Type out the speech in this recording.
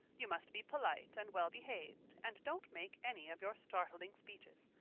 you must be polite and well behaved, and don't make any of your startling speeches.